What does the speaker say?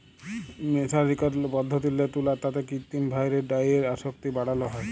মের্সারিকরল পদ্ধতিল্লে তুলার তাঁতে কিত্তিম ভাঁয়রে ডাইয়ের আসক্তি বাড়ালো হ্যয়